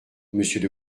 monsieur